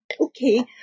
Okay